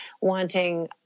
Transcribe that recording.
wanting